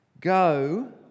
go